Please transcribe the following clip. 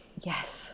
Yes